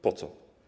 Po co?